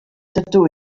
dydw